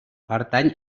pertany